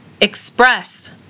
express